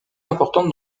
importante